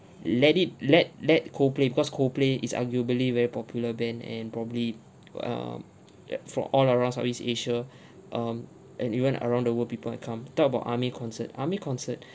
let it let let coldplay because coldplay is arguably a very popular band and probably um from all around southeast asia um and even around the world people will come talk about army concert army concert